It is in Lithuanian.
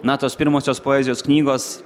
na tos pirmosios poezijos knygos